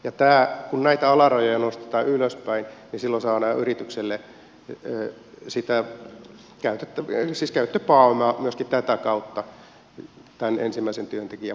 kun näitä alarajoja nostetaan ylöspäin silloin saadaan yritykselle sitä käyttöpääomaa myöskin tätä kautta tämän ensimmäisen työntekijän palkkaamiseen